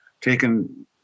taken